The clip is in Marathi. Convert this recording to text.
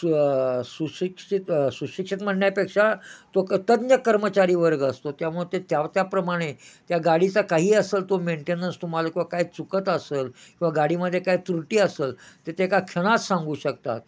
सु सुशिक्षित सुशिक्षित म्हणण्यापेक्षा तो क तज्ज्ञ कर्मचारी वर्ग असतो त्यामुळे ते त्या त्याप्रमाणे त्या गाडीचा काही असेल तो मेंटेनन्स तुम्हाला किंवा काय चुकत असेल किंवा गाडीमध्ये काय त्रुटी असेल ते ते एका क्षणात सांगू शकतात